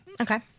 Okay